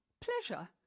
Pleasure